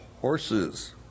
horses